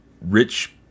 rich